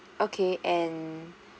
okay and